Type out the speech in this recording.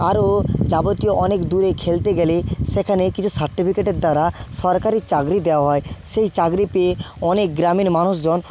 আরও যাবতীয় অনেক দূরে খেলতে গেলে সেখানে কিছু সার্টিফিকেটের দ্বারা সরকারি চাকরি দেওয়া হয় সেই চাকরি পেয়ে অনেক গ্রামীণ মানুষজন